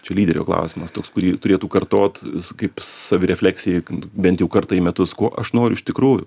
čia lyderio klausimas toks kurį turėtų kartot kaip savirefleksijai bent jau kartą į metus kuo aš noriu iš tikrųjų